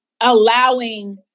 allowing